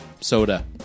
soda